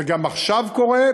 וגם על מה שעכשיו קורה,